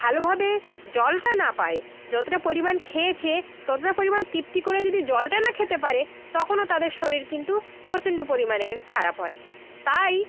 ভালোভাবে জলটা না পায় যতটা পরিমাণ খেয়েছে ততটা পরিমাণ তৃপ্তি করে যদি জলটা না খেতে পারে তখনও তাদের শরীর কিন্তু প্রচণ্ড পরিমাণে খারাপ হয় তাই